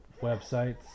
websites